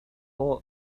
all